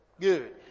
Good